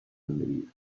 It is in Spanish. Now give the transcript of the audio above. almería